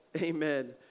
Amen